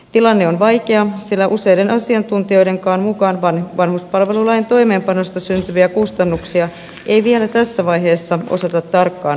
tilanne on vaikea sillä useiden asiantuntijoidenkaan mukaan vanhuspalvelulain toimeenpanosta syntyviä kustannuksia ei vielä tässä vaiheessa osata tarkkaan arvioida